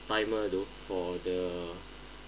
timer though for the